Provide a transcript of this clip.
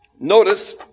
Notice